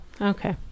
Okay